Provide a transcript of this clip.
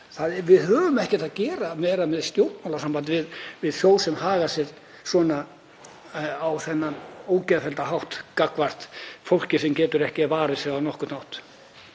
Við höfum ekkert að gera með stjórnmálasamband við þjóð sem hegðar sér á þennan ógeðfellda hátt gagnvart fólki sem getur ekki varið sig á nokkurn hátt.